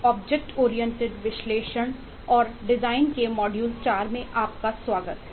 object oriented विश्लेषण और design के मॉड्यूल 4 में आपका स्वागत है